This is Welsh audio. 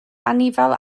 anifail